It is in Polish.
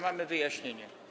Mamy wyjaśnienie.